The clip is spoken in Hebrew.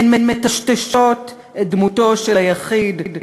הן מטשטשות את דמותו של היחיד,